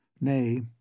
Nay